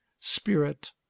spirit